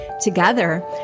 Together